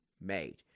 made